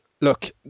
look